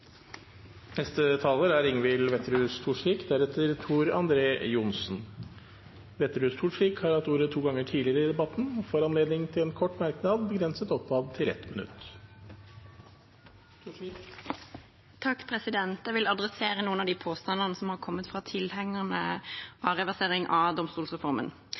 Ingvild Wetrhus Thorsvik har hatt ordet to ganger tidligere i debatten og får ordet til en kort merknad, begrenset til 1 minutt. Jeg vil ta tak i noen av de påstandene som har kommet fra tilhengerne av reversering av domstolsreformen.